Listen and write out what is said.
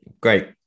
Great